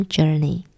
Journey